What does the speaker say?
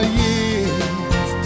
years